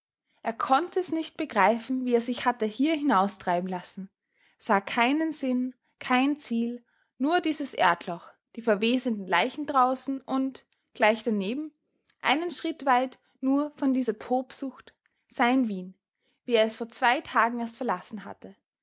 er konnte es nicht begreifen wie er sich hatte hier hinaustreiben lassen sah keinen sinn kein ziel nur dieses erdloch die verwesenden leichen draußen und gleich daneben einen schritt weit nur von dieser tobsucht sein wien wie er es vor zwei tagen erst verlassen hatte